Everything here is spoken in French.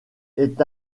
est